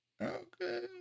Okay